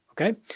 Okay